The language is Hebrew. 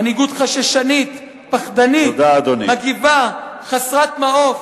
מנהיגות חששנית, פחדנית, מגיבה, חסרת מעוף,